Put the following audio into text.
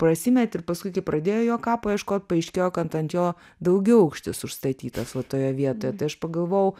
pasimetė ir paskui kai pradėjo jo kapo ieškot paaiškėjo kad ant jo daugiaaukštis užstatytas va toje vietoje tai aš pagalvojau